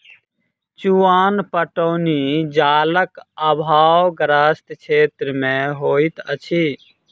चुआन पटौनी जलक आभावग्रस्त क्षेत्र मे होइत अछि